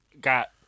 got